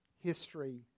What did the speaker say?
history